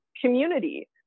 community